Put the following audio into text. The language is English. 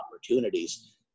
opportunities